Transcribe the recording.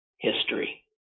history